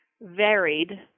varied